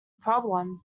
problem